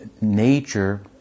nature